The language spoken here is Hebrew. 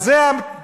אז זה הרגע,